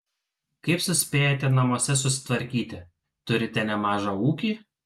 kaip suspėjate namuose susitvarkyti turite nemažą ūkį